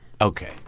okay